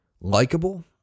likable